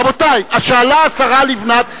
רבותי, שאלה השרה לבנת.